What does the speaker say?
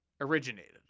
originated